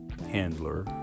handler